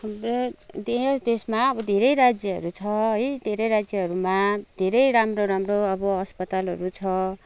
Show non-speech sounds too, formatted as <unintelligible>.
<unintelligible> देशमा अब धेरै राज्यहरू छ है धेरै राज्यहरूमा धेरै राम्रो राम्रो अब अस्पतालहरू छ